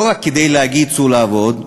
לא רק להגיד "צאו לעבוד"